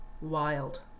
Wild